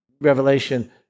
Revelation